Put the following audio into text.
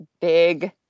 big